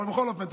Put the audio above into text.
אבל בכל אופן,